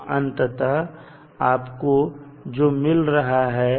तो अंततः आपको जो मिला वह है